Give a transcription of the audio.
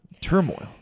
turmoil